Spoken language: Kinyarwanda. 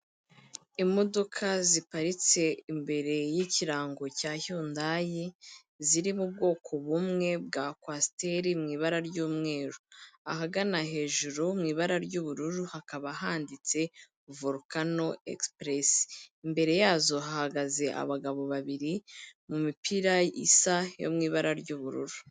Imodoka ziparitse imbere y'ikirango cya yundandayi ziri mu bwoko bumwe bwa kwasiteri mu ibara ry'umweru. Ahagana hejuru mu ibara ry'ubururu hakaba handitse Volcano express. Imbere yazo hahagaze abagabo babiri mu mipira isa yo mu ibara ry'ubururu.